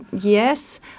Yes